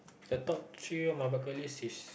the top three of my bucket list is